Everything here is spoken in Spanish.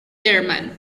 germain